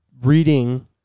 reading